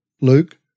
Luke